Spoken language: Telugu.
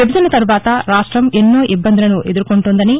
విభజన తర్వాత రాష్టం ఎన్నో ఇబ్బందులను ఎదుర్కొంటుందని